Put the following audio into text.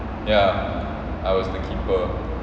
ya I was the keeper